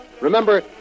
Remember